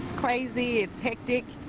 crazy. it's hectic.